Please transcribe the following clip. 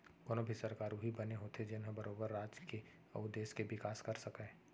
कोनो भी सरकार उही बने होथे जेनहा बरोबर राज के अउ देस के बिकास कर सकय